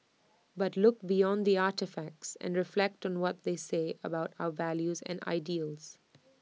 but look beyond the artefacts and reflect on what they say about our values and ideals